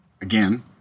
Again